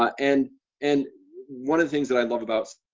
um and and one of the things that i love about